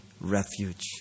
refuge